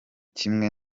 kimwe